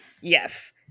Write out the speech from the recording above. yes